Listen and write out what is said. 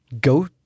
Go